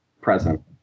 present